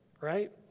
right